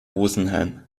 rosenheim